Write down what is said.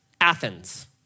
Athens